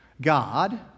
God